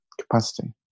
capacity